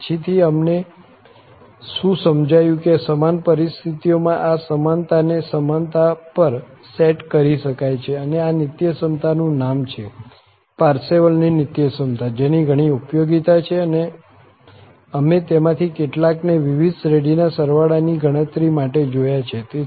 અને પછીથી અમને શું સમજાયું કે સમાન પરિસ્થિતિઓમાં આ સમાનતાને સમાનતા પર સેટ કરી શકાય છે અને આ નીત્યસમતાનું નામ છે પારસેવલની નીત્યસમતા જેની ઘણી ઉપયોગીતા છે અમે તેમાંથી કેટલાકને વિવિધ શ્રેઢીના સરવાળાની ગણતરી માટે જોયા છે